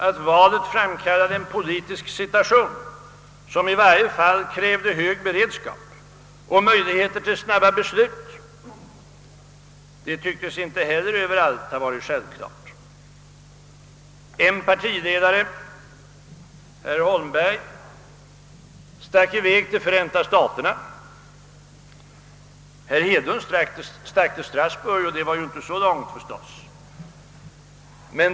Att valet framkallade en politisk situation som i varje fall krävde hög beredskap och möjligheter till snabba beslut tycktes inte heller överallt ha varit självklart. En partiledare, herr Holmberg, stack i väg till Förenta staterna, och herr Hedlund stack i väg till Strasbourg, vilket förstås inte var så långt bort.